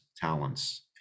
talents